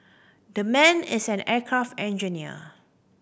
that man is an aircraft engineer